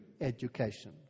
education